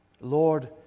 Lord